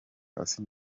hasi